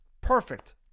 Perfect